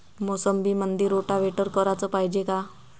मोसंबीमंदी रोटावेटर कराच पायजे का?